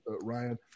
Ryan